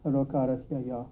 सर्वकारस्य या